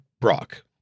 Brock